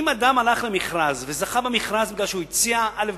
אם אדם הלך למכרז וזכה במכרז כי הוא הציע א',